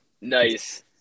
Nice